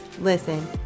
listen